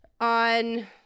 on